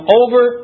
over